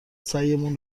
سعیمون